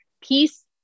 peace